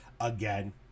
Again